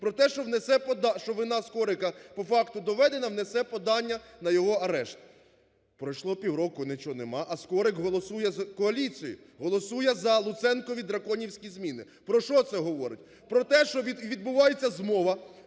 пода… що вина Скорика по факту доведена, внесе подання на його арешт. Пройшло півроку – нічого нема, а Скорик голосує за коаліцію, голосує за луценкові "драконівські" зміни. Про що це говорить? Про те, що відбувається змова,